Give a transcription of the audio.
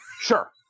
Sure